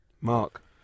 Mark